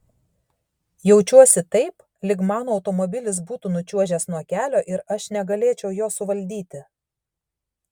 jaučiuosi taip lyg mano automobilis būtų nučiuožęs nuo kelio ir aš negalėčiau jo suvaldyti